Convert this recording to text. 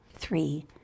three